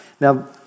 Now